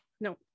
No